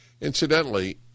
Incidentally